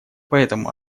поэтому